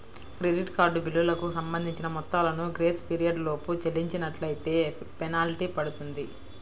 credit card బిల్లులకు సంబంధించిన మొత్తాలను గ్రేస్ పీరియడ్ లోపు చెల్లించనట్లైతే ఫెనాల్టీ పడుతుంది